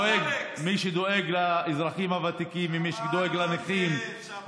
הגדלת מענקים לניצולי שואה,